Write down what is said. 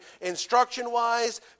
instruction-wise